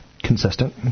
consistent